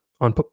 on